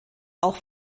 auch